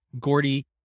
Gordy